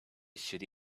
should